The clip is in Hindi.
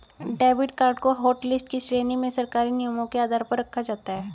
डेबिड कार्ड को हाटलिस्ट की श्रेणी में सरकारी नियमों के आधार पर रखा जाता है